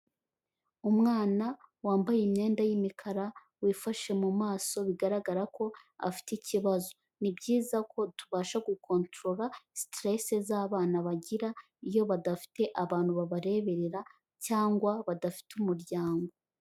Umwana wambaye imyenda y'imikara wifashe mu maso bigaragara ko afite ikibazo, ni byiza ko tubasha gukontorora siteresi z'abana bagira, iyo badafite abantu babareberera cyangwa badafite umuryango.